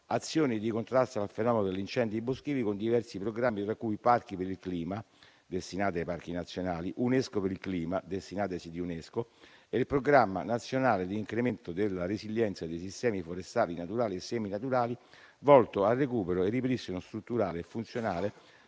azioni di contrasto al fenomeno degli incendi boschivi con diversi programmi, tra cui Parchi per il clima, destinato ai parchi nazionali, UNESCO per il clima, destinato ai siti UNESCO, e il Programma nazionale di incremento della resilienza dei sistemi forestali naturali e semi-naturali, volto al recupero e ripristino strutturale e funzionale